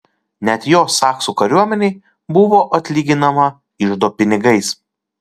net jo saksų kariuomenei buvo atlyginama iždo pinigais